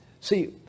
See